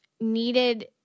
needed